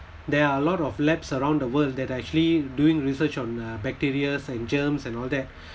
there are a lot of labs around the world that actually doing research on uh bacteria and germs and all that